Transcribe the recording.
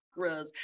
chakras